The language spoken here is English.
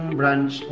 branch